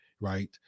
right